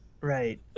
Right